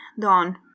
Dawn